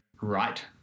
right